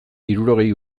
hirurogei